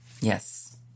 Yes